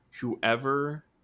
whoever